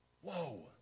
Whoa